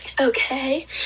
Okay